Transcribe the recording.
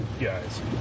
guys